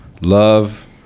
Love